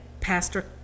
Pastor